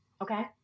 Okay